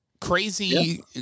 Crazy